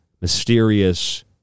mysterious